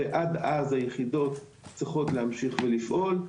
ועד אז היחידות צריכות להמשיך ולפעול.